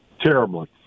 terribly